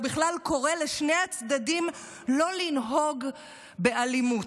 הוא בכלל קורא לשני הצדדים לא לנהוג באלימות.